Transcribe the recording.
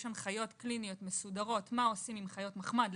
יש הנחיות קליניות מסודרות מה עושים עם חיות מחמד,